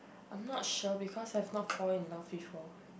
I'm not sure because I have not fall in love before